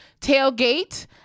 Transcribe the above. Tailgate